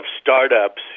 startups